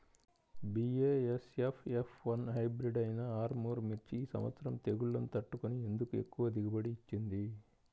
BASF F one hybrid అయినా ఆర్ముర్ మిర్చి ఈ సంవత్సరం తెగుళ్లును తట్టుకొని ఎందుకు ఎక్కువ దిగుబడి ఇచ్చింది?